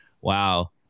Wow